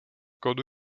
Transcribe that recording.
kódu